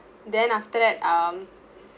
then after that um